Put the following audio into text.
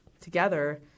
together